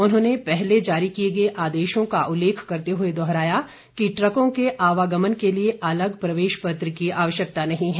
उन्होंने पहले जारी किये गये आदेशों का उल्लेख करते हुए दोहराया कि ट्रकों के आवागमन के लिए अलग प्रवेश पत्र की आवश्यकता नहीं है